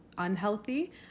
unhealthy